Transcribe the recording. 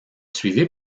suivie